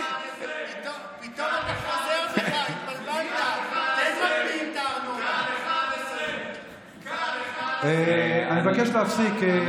כאן 11. כאן 11. אני מבקש להפסיק.